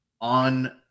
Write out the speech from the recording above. on